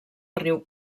riu